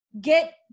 get